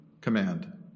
command